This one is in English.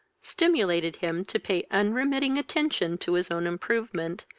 stimulated him to pay unremitting attention to his own improvement,